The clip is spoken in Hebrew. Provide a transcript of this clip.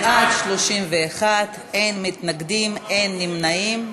בעד, 31, אין מתנגדים, אין נמנעים.